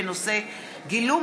(תיקון,